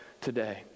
today